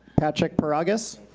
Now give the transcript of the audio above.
patrick paragas.